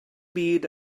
byd